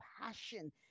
passion